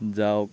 যাওক